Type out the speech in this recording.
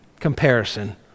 comparison